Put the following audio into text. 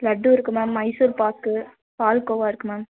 லட்டு இருக்குது மேம் மைசூர்பாகு பால்கோவா இருக்குது மேம்